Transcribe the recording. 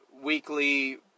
weekly